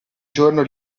giorno